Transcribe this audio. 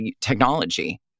technology